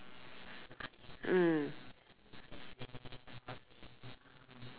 mm